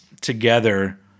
together